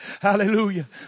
Hallelujah